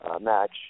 match